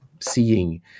seeing